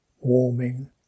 warming